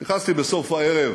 נכנסתי בסוף הערב